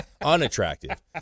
unattractive